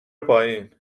پایین